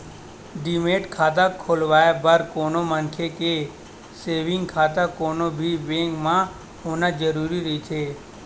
demat खाता खोलवाय बर कोनो मनखे के सेंविग खाता कोनो भी बेंक म होना जरुरी रहिथे